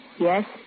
Yes